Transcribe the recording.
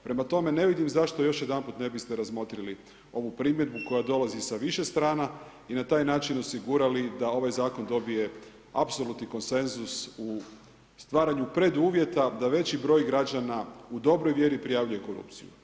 Prema tome, ne vidim zašto još jedanput ne biste razmotrili ovu primjedbu koja dolazi sa više strana i na taj način osigurali da ovaj zakon dobije apsolutni konsenzus u stvaranju preduvjeta, da veći broj građana u dobroj vjeri prijavljuje korupciju.